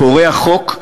פורע חוק,